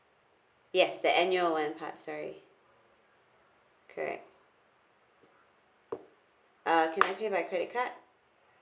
yes the annual one parts right correct uh can I pay by credit card